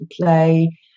play